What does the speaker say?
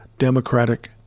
Democratic